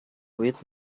with